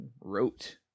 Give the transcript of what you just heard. wrote